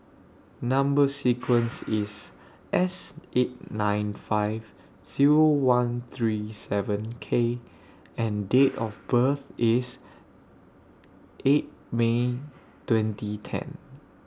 Number sequence IS S eight nine five Zero one three seven K and Date of birth IS eight May twenty ten